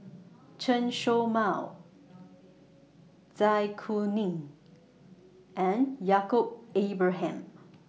Chen Show Mao Zai Kuning and Yaacob Ibrahim